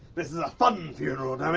this is a funn funeral, and um